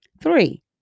Three